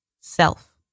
Self